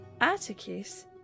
Atticus